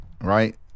Right